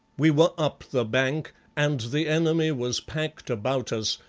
we were up the bank and the enemy was packed about us,